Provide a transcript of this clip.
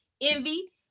envy